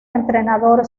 entrenador